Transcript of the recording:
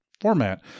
format